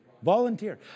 volunteer